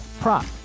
prop